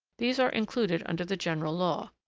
these are included under the general law.